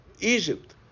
Egypt